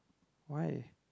why